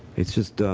it's just